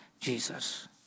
Jesus